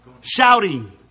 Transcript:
Shouting